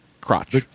Crotch